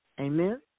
Amen